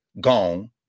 Gone